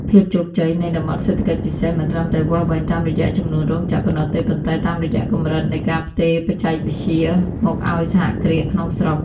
ភាពជោគជ័យនៃ តំបន់សេដ្ឋកិច្ចពិសេស មិនត្រឹមតែវាស់វែងតាមរយៈចំនួនរោងចក្រប៉ុណ្ណោះទេ ប៉ុន្តែតាមរយៈកម្រិតនៃ "ការផ្ទេរបច្ចេកវិទ្យា" មកឱ្យសហគ្រាសក្នុងស្រុក។